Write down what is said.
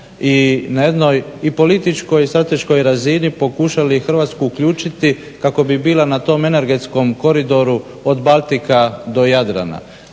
i na jednoj i političkoj i strateškoj razini pokušali Hrvatsku uključiti kako bi bila na tom energetskom koridoru od Baltika do Jadrana.